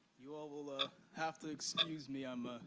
you all will ah have to excuse me, i'm ah